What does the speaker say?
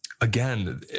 again